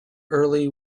early